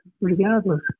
regardless